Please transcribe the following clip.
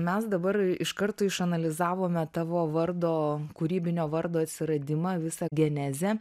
mes dabar iš karto išanalizavome tavo vardo kūrybinio vardo atsiradimą visą genezę